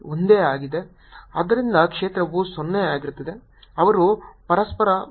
ಆದ್ದರಿಂದ ಕ್ಷೇತ್ರವು 0 ಆಗಿರುತ್ತದೆ ಅವರು ಪರಸ್ಪರರ ಕಡೆಯಿಂದ ರದ್ದುಗೊಳಿಸಿದರೆ